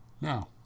now